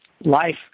life